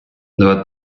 два